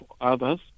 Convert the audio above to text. others